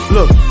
Look